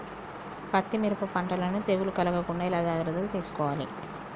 పత్తి మిరప పంటలను తెగులు కలగకుండా ఎలా జాగ్రత్తలు తీసుకోవాలి?